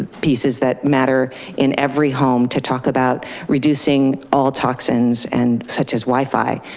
pieces that matter in every home to talk about reducing all toxins and such as wi-fi.